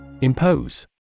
Impose